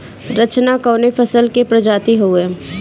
रचना कवने फसल के प्रजाति हयुए?